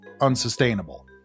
unsustainable